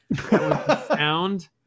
sound